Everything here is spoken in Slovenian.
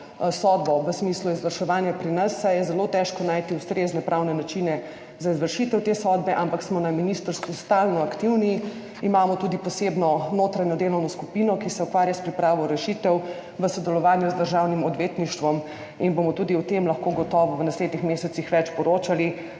sodbo v smislu izvrševanja pri nas, saj je zelo težko najti ustrezne pravne načine za izvršitev te sodbe. Ampak smo na ministrstvu stalno aktivni, imamo tudi posebno notranjo delovno skupino, ki se ukvarja s pripravo rešitev v sodelovanju z Državnim odvetništvom, in bomo tudi o tem lahko gotovo v naslednjih mesecih več poročali.